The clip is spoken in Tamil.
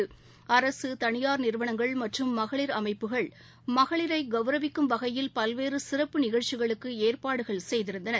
அரக தனியார் நிறுவனங்கள் மற்றும் மகளிர் அமைப்புகள் மகளிரை கௌரவிக்கும் வகையில் பல்வேறு சிறப்பு நிகழ்ச்சிகளுக்கு ஏற்பாடு செய்திருந்தன